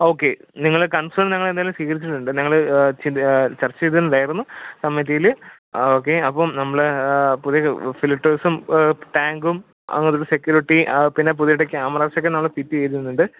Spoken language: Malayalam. ഓക്കെ നിങ്ങള് കൺസേൺ ഞങ്ങളെന്തായാലും സ്വീകരിച്ചിട്ട്ണ്ട് ഞങ്ങള് ചർച്ചേയ്തിട്ട്ണ്ടാര്ന്നു കമ്മറ്റീല് ആ ഓക്കെ അപ്പം നമ്മള് പുതിയ ഫിൽട്ടേഴ്സം ടാങ്കും അങ്ങനൊരു സെക്യൂരിറ്റി പിന്നെ പുത്യായിട്ട് കേമറാസക്കെ നമ്മള് ഫിറ്റെയ്ന്ന്ണ്ട്